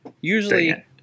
usually